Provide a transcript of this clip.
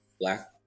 black